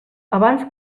abans